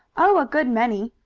oh, a good many,